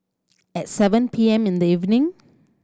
at seven P M in the evening